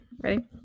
ready